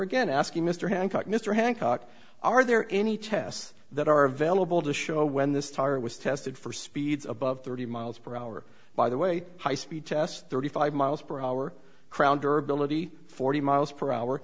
again asking mr hancock mr hancock are there any tests that are available to show when this tire was tested for speeds above thirty miles per hour by the way high speed test thirty five miles per hour crown durable a t forty miles per hour